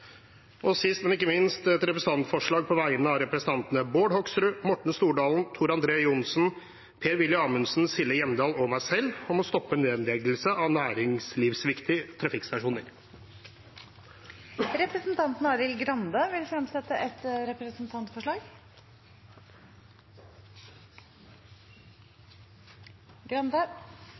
og sist, men ikke minst et representantforslag på vegne av representantene Bård Hoksrud, Morten Stordalen, Tor André Johnsen, Per-Willy Amundsen, Silje Hjemdal og meg selv om å stoppe nedleggelsen av næringslivsviktige trafikkstasjoner. Representanten Arild Grande vil fremsette et representantforslag.